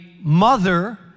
mother